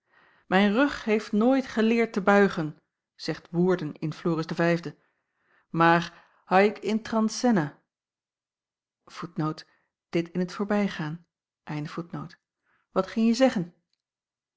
mijn rug heeft nooit geleerd te buigen zegt woerden in floris v maar haec in transenna wat gingje zeggen